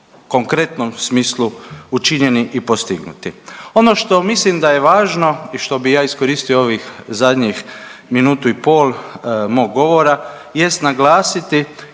konkretnom smislu učinjeni i postignuti. Ono što mislim da je važno i što bi ja iskoristio ovih zadnjih minutu i pol mog govora jest naglasiti